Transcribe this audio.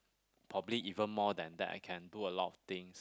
probably even more than that I can do a lot of things